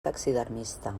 taxidermista